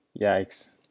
Yikes